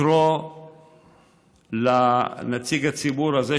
לקרוא לנציג הציבור הזה,